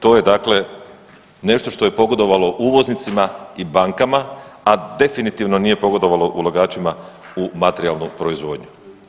To je dakle nešto što je pogodovalo uvoznicima i bankama, a definitivno nije pogodovalo ulagačima u materijalnu proizvodnju.